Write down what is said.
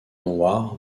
noir